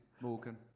Morgan